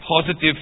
positive